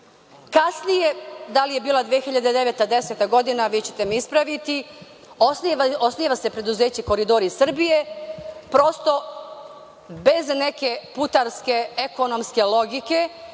puteva. Kasnije, da li je bila 2009, 2010. godina vi ćete me ispraviti, osniva se preduzeće „Koridori Srbije“ prosto bez neke putarske, ekonomske logike,